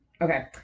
okay